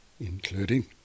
including